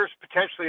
potentially